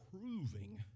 proving